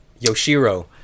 Yoshiro